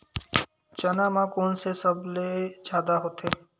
चना म कोन से सबले जादा होथे?